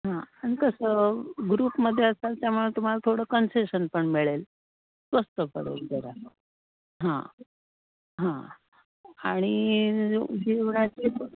हां आणि कसं ग्रुपमध्ये असाल त्यामुळे तुम्हाला थोडं कन्सेशन पण मिळेल स्वस्त पडेल जरा हां हां आणि जेवणाचे